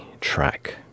track